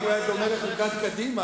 אם הוא היה דומה לחוקת קדימה,